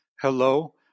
hello